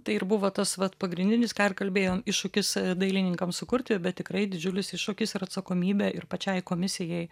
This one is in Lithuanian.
tai ir buvo tas vat pagrindinis ką ir kalbėjom iššūkis dailininkams sukurti bet tikrai didžiulis iššūkis ir atsakomybė ir pačiai komisijai